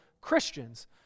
Christians